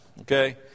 okay